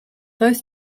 both